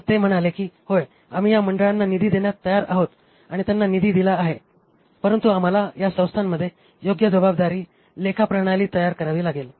तर ते म्हणाले की होय आम्ही या मंडळांना निधी देण्यास तयार आहोत आणि त्यांना निधी दिला आहे परंतु आम्हाला या संस्थांमध्ये योग्य जबाबदारी लेखा प्रणाली तयार करावी लागेल